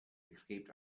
escaped